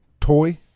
toy